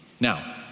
Now